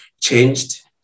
changed